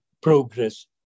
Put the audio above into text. progress